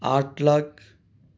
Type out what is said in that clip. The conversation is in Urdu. آٹھ لاکھ